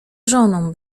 żoną